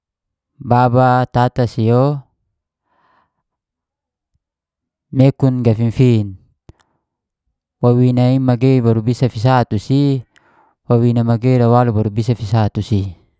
Baba tata si o, mekun gafifin. Wawina i magei baru bisa fisa tu si, wawina magei a baru bisa fisa tu si.